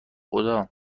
خدا